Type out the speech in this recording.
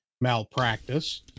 malpractice